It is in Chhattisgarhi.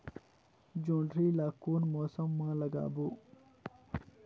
जोणी ला कोन मौसम मा लगाबो?